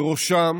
ובראשם